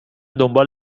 دنبال